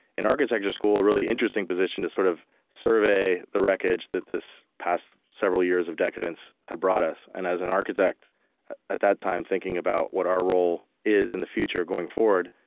in architecture school a really interesting position to sort of survey the wreckage that this past several years of decadence had brought us. and as an architect at that time thinking about what our role is in the future going forward,